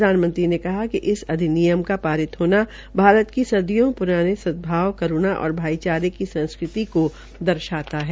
प्रधानमंत्री ने कहा कि इस अधिनियम का पारित होना भारत की सदियों पुरानी स्वीकृति सदभावकरूणा और भाईचारे की संस्कृति को दर्शाता है